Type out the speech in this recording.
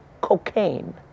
cocaine